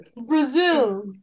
Brazil